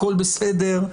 הכול בסדר,